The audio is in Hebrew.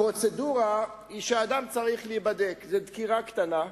הפרוצדורה היא שאדם צריך להיבדק, זו דקירה קטנה,